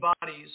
bodies